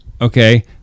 Okay